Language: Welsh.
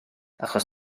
achos